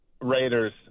Raiders